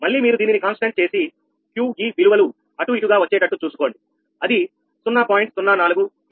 మళ్లీ మీరు దీనిని స్థిరంగా చేసి Q ఈ విలువలు అటు ఇటు గా వచ్చేటట్టు చూసుకోండి అది 0